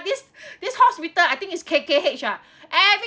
this this hospital I think is K_K_H ah every